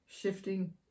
shifting